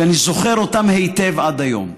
שאני זוכר אותם היטב עד היום.